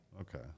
Okay